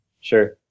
Sure